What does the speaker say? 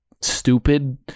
stupid